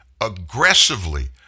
aggressively